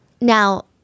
now